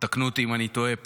תקנו אותי אם אני טועה,